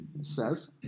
says